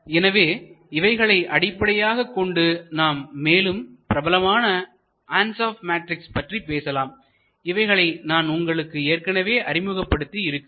எனவே இவைகளை அடிப்படையாகக் கொண்டு நாம் மேலும் பிரபலமான ஆன்சப் மேட்ரிக்ஸ் பற்றி பேசலாம் இவைகளை நான் உங்களுக்கு ஏற்கனவே அறிமுகப்படுத்தி இருக்கிறேன்